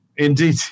Indeed